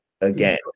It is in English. again